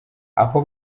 aho